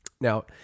Now